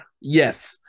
Yes